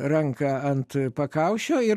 ranką ant pakaušio ir